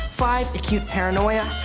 five, acute paranoia,